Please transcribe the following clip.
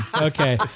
Okay